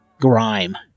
grime